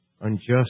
unjust